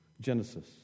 Genesis